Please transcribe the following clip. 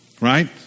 right